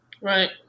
Right